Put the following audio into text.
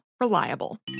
Reliable